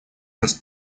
раз